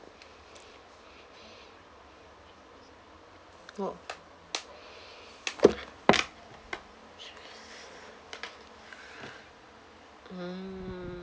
mm